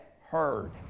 heard